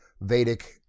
Vedic